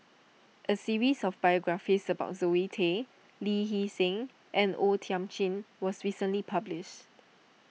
a series of biographies about Zoe Tay Lee Hee Seng and O Thiam Chin was recently published